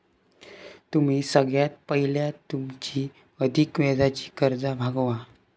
तुम्ही सगळ्यात पयला तुमची अधिक व्याजाची कर्जा भागवा